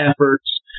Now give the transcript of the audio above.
efforts